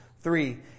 Three